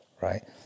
Right